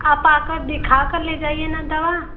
आप आकार दिखाकर ले जाइए न दवा